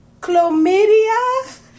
Chlamydia